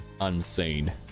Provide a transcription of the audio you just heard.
Unseen